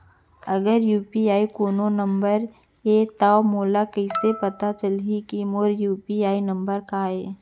अगर यू.पी.आई कोनो नंबर ये त मोला कइसे पता चलही कि मोर यू.पी.आई नंबर का ये?